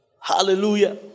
Hallelujah